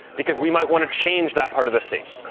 because we might want to change that part of the state.